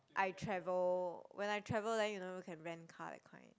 I travel when I travel then you don't know can rent car that kind